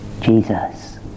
Jesus